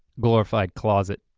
glorified closet.